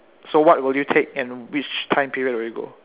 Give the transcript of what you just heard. so what will you take and which time period will you go